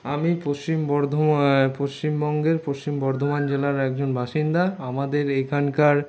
আমি পশ্চিম বর্ধমান পশ্চিমবঙ্গের পশ্চিম বর্ধমান জেলার একজন বাসিন্দা আমাদের এখানকার